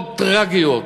מאוד טרגיות,